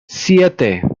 siete